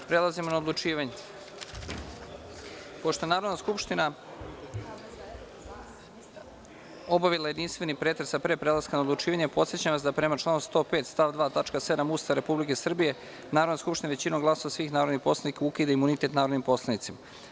Pošto je Narodna skupština obavila jedinstveni pretres, a pre prelaska na odlučivanje podsećam vas da, prema članu 105. stav 2. tačka 7) Ustava Republike Srbije, Narodna skupština većinom glasova svih narodnih poslanika ukida imunitet narodnim poslanicima.